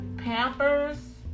Pampers